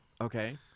Okay